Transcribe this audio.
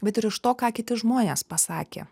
bet ir iš to ką kiti žmonės pasakė